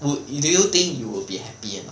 would you think you would be happy or not